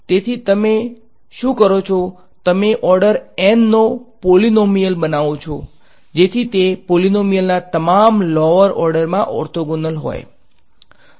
તેથી તમે શું કરો છો કે તમે ઓર્ડર N નો પોલીનોમીયલ બનાવો છો જેથી તે પોલીનોમીયલ ના તમામ લોઅર ઓર્ડરમા ઓર્થોગોનલ હોય